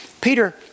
Peter